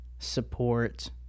support